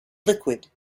liquid